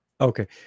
Okay